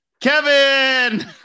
Kevin